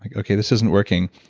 like okay. this isn't working.